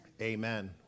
Amen